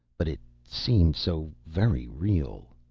but it seemed so very real.